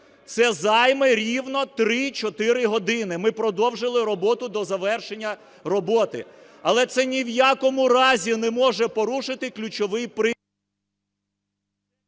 Це займе рівно три-чотири години. Ми продовжили роботу до завершення роботи. Але це ні в якому разі не може порушити ключовий…